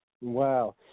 Wow